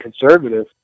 conservative